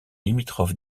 limitrophe